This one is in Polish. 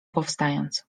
powstając